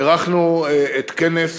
אירחנו את כנס